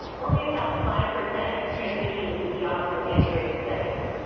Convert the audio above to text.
only about five percent transitioned into jobs in integrated settings,